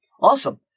Awesome